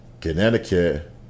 Connecticut